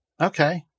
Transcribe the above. Okay